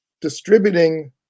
Distributing